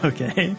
Okay